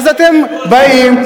אז אתם באים,